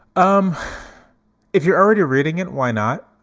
um if you're already reading it, why not?